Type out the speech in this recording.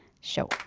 show